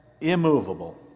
immovable